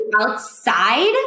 outside